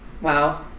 Wow